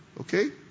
Okay